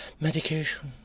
medication